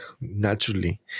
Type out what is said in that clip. naturally